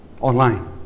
online